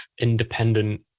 independent